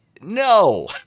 No